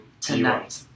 tonight